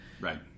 right